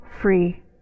free